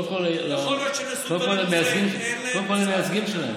יכול להיות שנעשו דברים מופלאים, אין להם מושג.